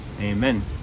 Amen